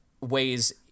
ways